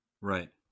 Right